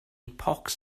pox